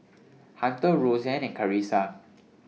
Hunter Rosann and Karissa